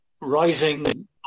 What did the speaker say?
rising